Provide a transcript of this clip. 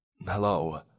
Hello